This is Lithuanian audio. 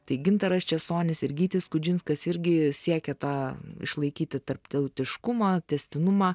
tai gintaras česonis ir gytis skudžinskas irgi siekė tą išlaikyti tarptautiškumą tęstinumą